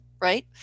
right